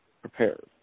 prepared